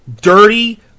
Dirty